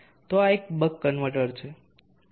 તો આ એક બક કન્વર્ટર છે